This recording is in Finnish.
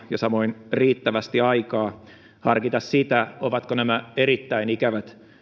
ja samoin riittävästi aikaa harkita sitä ovatko nämä erittäin ikävät